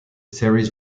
series